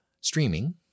streaming